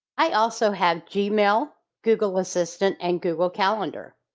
i also have gmail, google assistant and google calendar.